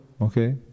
Okay